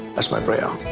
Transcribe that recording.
that's my prayer.